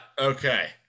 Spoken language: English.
okay